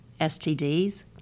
STDs